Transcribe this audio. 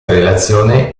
relazione